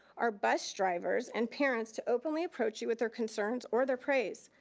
or bus drivers and parents to openly approach you with their concerns or their praise.